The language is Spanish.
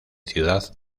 ciudad